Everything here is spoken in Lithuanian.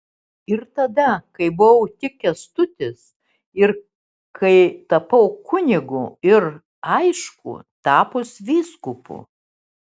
ir tada kai buvau tik kęstutis ir kai tapau kunigu ir aišku tapus vyskupu